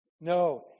no